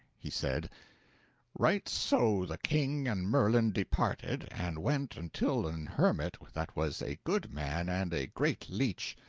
he said right so the king and merlin departed, and went until an hermit that was a good man and a great leech.